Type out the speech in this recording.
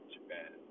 Japan